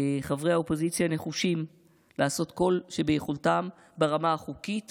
חברי האופוזיציה נחושים לעשות כל שביכולתם ברמה החוקית